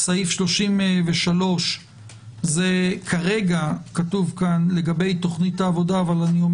סעיף 33 כרגע זה לגבי תוכנית העבודה אבל יכול